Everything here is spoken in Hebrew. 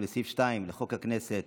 ולסעיף 2 לחוק הכנסת,